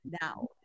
now